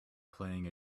playing